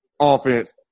offense